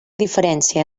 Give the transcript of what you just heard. diferència